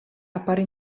appare